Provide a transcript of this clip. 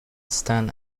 stern